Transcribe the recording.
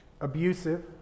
abusive